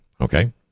Okay